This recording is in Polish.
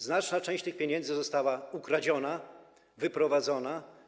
Znaczna część tych pieniędzy została ukradziona, wyprowadzona.